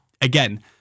again